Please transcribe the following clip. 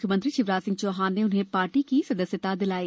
मुख्यमंत्री शिवराज सिंह चौहान ने उन्हें पार्टी की सदस्यता दिलाई